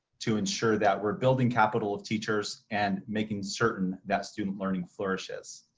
to ensure that we're building capital of teachers and making certain that student learning flourishes.